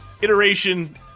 iteration